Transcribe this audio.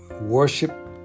worship